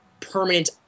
permanent